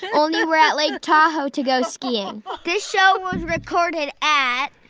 only we're at lake tahoe to go skiing this show was recorded at.